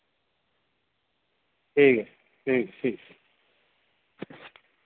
ठीक ऐ ठीक ठीक